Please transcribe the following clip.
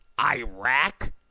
Iraq